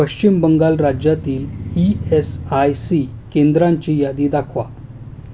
पश्चिम बंगाल राज्यातील E S I C केंद्रांची यादी दाखवा